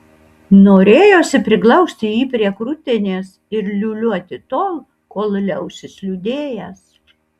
norėjosi priglausti jį prie krūtinės ir liūliuoti tol kol liausis liūdėjęs